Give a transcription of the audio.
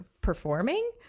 performing